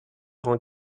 rend